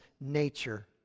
nature